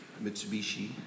Mitsubishi